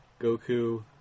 Goku